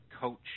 coach